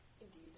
Indeed